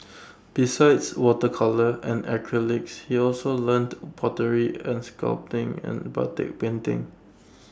besides water colour and acrylics he also learnt pottery and sculpting and batik painting